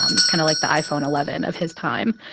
um it's kind of like the iphone eleven of his time.